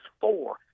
four